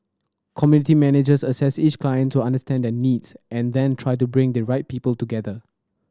community managers assess each client to understand their needs and then try to bring the right people together